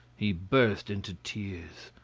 he burst into tears.